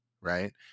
right